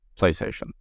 PlayStation